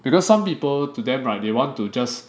because some people to them right they want to just